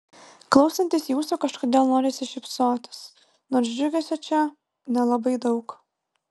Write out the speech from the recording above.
klausantis jūsų kažkodėl norisi šypsotis nors džiugesio čia nelabai daug